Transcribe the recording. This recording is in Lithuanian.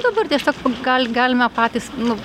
dabar tiesiog gal galime patys nu